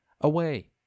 away